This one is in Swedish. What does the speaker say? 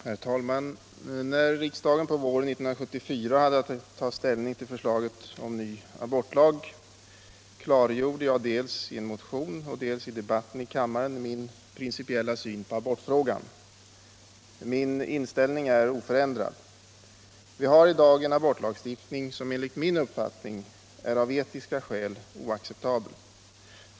Herr talman! När riksdagen på våren 1974 hade att ta ställning till förslaget om ny abortlag klargjorde jag dels i en motion, dels i debatten i kammaren min principiella syn på abortfrågan. Min inställning är oförändrad. Vi har i dag en abortlagstiftning som enligt min uppfattning är av etiska skäl oacceptabel.